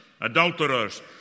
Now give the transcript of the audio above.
adulterers